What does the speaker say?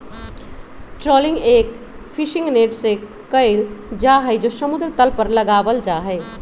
trawling एक fishing net से कइल जाहई जो समुद्र तल पर लगावल जाहई